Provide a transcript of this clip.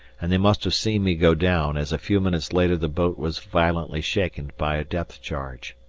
and they must have seen me go down, as a few minutes later the boat was violently shaken by a depth-charge.